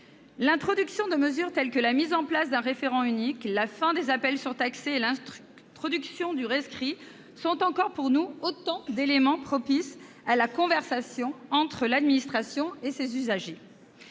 L'introduction de mesures telles que la mise en place d'un référent unique, la fin des appels surtaxés et l'introduction du rescrit sont encore, pour nous, autant d'éléments propices à la « conversation » entre l'administration et ses usagers.